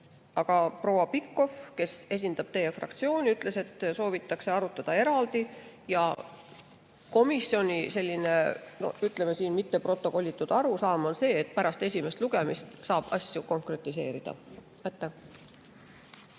Aga proua Pikhof, kes esindab teie fraktsiooni, ütles, et soovitakse arutada eraldi. Komisjoni selline, ütleme, mitteprotokollitud arusaam on see, et pärast esimest lugemist saab asju konkretiseerida. Suur